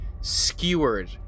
skewered